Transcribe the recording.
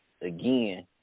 again